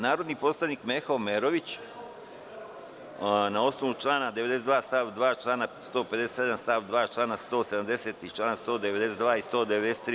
Narodni poslanik Meho Omerović, na osnovu člana 92. stav 2, člana 157. stav 2, člana 170. i člana 192. i 193.